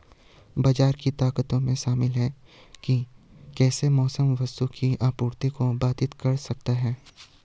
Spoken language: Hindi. बाजार की ताकतों में शामिल हैं कि कैसे मौसम वस्तुओं की आपूर्ति को बाधित कर सकता है